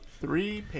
three